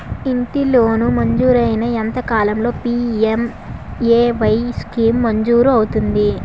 ఇంటి లోన్ మంజూరైన ఎంత కాలంలో పి.ఎం.ఎ.వై స్కీమ్ మంజూరు అవుతుంది?